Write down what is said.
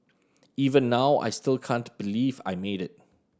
even now I still can't believe I made it